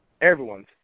Everyone's